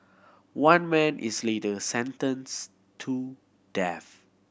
one man is later sentenced to death